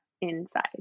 inside